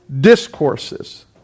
discourses